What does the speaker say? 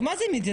כי מה זה המדינה?